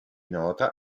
nota